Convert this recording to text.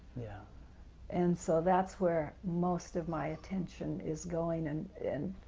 yeah and so that's where most of my attention is going. and